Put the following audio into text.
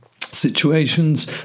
situations